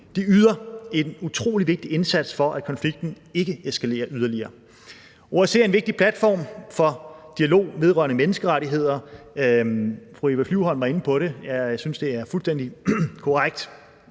De yder en utrolig vigtig indsats for, at konflikten ikke eskalerer yderligere. OSCE er en vigtig platform for dialog vedrørende menneskerettigheder. Fru Eva Flyvholm var inde på det. Jeg synes, at det er fuldstændig korrekt,